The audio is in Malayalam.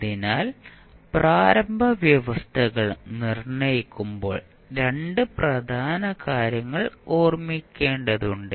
അതിനാൽ പ്രാരംഭ വ്യവസ്ഥകൾ നിർണ്ണയിക്കുമ്പോൾ 2 പ്രധാന കാര്യങ്ങൾ ഓർമ്മിക്കേണ്ടതാണ്